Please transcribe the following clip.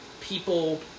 people